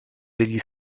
degli